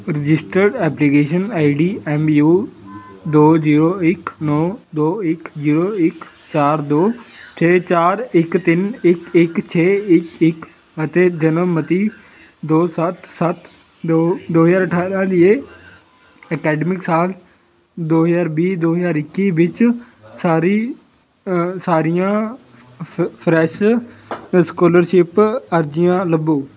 registered application I D M U ਦੋ zero ਇੱਕ ਨੌਂ ਦੋ ਇੱਕ ਜ਼ੀਰੋ ਇੱਕ ਚਾਰ ਦੋ ਛੇ ਚਾਰ ਇੱਕ ਤਿੰਨ ਇੱਕ ਇੱਕ ਛੇ ਇੱਕ ਇੱਕ ਅਤੇ ਜਨਮ ਮਿਤੀ ਦੋ ਸੱਤ ਸੱਤ ਦੋ ਦੋ ਹਜ਼ਾਰ ਅਠਾਰਾਂ ਲਈ ਅਕੈਡਮਿਕ ਸਾਲ ਦੋ ਹਜ਼ਾਰ ਵੀਹ ਦੋ ਹਜ਼ਾਰ ਇੱਕੀ ਵਿੱਚ ਸਾਰੀ ਸਾਰੀਆਂ ਫ ਫਰੈਸ਼ ਸਕੋਲਰਸ਼ਿਪ ਅਰਜ਼ੀਆਂ ਲੱਭੋ